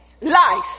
life